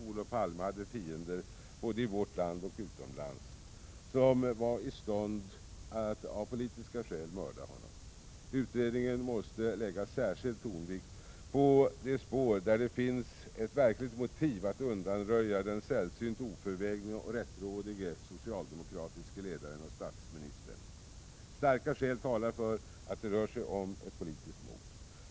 Olof Palme hade fiender både i vårt land och utomlands som vari stånd att av politiska skäl mörda honom. Utredningen måste lägga särskild tonvikt på de spår där det finns ett verkligt motiv att undanröja den sällsynt oförvägne och rättrådige socialdemokratiske ledaren och statsministern. Starka skäl talar för att det rör sig om ett politiskt mord.